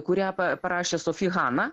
kurią parašė sofi hana